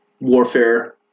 warfare